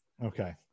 Okay